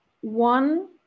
one